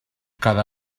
cada